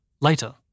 later